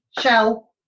Shell